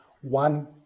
one